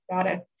status